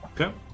Okay